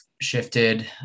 shifted